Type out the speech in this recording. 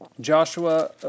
Joshua